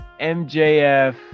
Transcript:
MJF